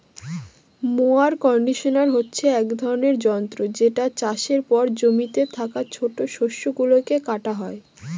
mower conditioner হচ্ছে এক ধরনের যন্ত্র যেটা চাষের পর জমিতে থাকা ছোট শস্য গুলোকে কাটা হয়